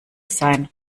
sein